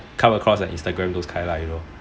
like come across her instagram those kind you know